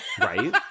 right